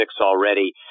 already